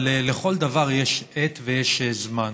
אבל לכל דבר יש עת ויש זמן.